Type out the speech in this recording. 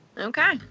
Okay